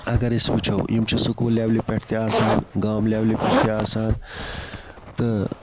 اگر أسۍ وچھو یِم چھِ سکول لیٚولہِ پیٚٹھ تہِ آسان گام لیٚولہِ پیٚٹھ تہِ آسان تہٕ